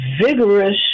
vigorous